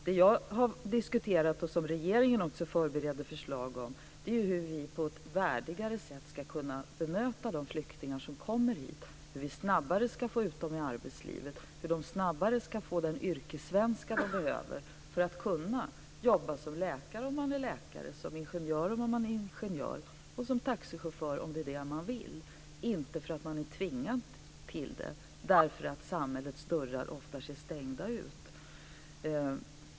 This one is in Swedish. Det jag har diskuterat, och som regeringen förbereder förslag om, är hur vi på ett värdigare sätt ska kunna bemöta de flyktingar som kommer hit, hur vi snabbare ska få ut dem i arbetslivet, hur de snabbare ska tillägna sig den yrkessvenska de behöver för att kunna jobba som läkare om man är läkare, som ingenjör om man är ingenjör och taxichaufför om det är det man vill - inte för att man är tvingad till det därför att samhällets dörrar ofta ser stängda ut.